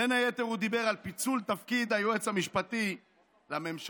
בין היתר הוא דיבר על פיצול תפקיד היועץ המשפטי לממשלה,